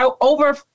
over